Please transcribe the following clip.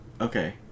Okay